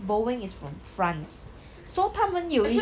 boeing is from france so 他们有那些